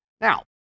Now